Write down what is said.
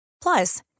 Plus